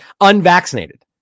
unvaccinated